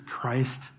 Christ